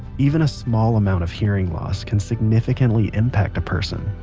even a small amount of hearing loss can significantly impact a person.